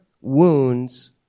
wounds